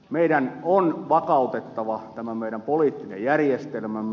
meidän on vakautettava tämä meidän poliittinen järjestelmämme